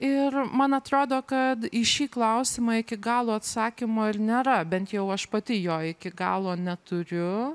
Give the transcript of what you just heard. ir man atrodo kad į šį klausimą iki galo atsakymo ir nėra bent jau aš pati jo iki galo neturiu